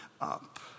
up